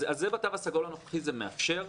אז בתו הסגול הנוכחי זה מאפשר,